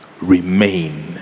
remain